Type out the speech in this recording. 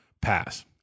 pass